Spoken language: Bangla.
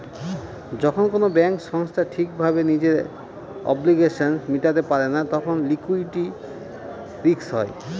যখন কোনো ব্যাঙ্ক সংস্থা ঠিক ভাবে নিজের অব্লিগেশনস মেটাতে পারে না তখন লিকুইডিটি রিস্ক হয়